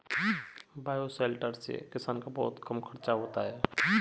bioshelter से किसान का बहुत कम खर्चा होता है